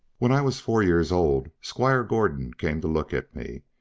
when i was four years old, squire gordon came to look at me.